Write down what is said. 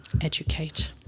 educate